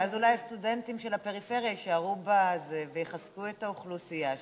ואז אולי הסטודנטים של הפריפריה יישארו ויחזקו את האוכלוסייה שם,